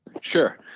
Sure